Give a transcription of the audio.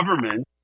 government